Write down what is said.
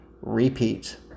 Repeat